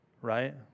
Right